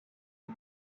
une